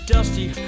Dusty